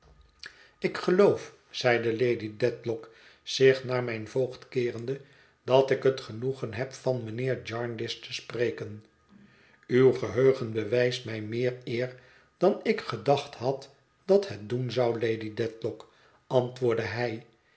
ik geloof zeide lady dedlock zich naar mijn voogd keerende dat ik het genoegen heb van mijnheer jarndyce te spreken uw geheugen bewijst mij meer eer dan ik gedacht had dat het doen zou lady dedlock antwoordde hij